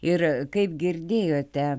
ir kaip girdėjote